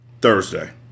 Thursday